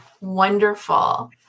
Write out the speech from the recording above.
wonderful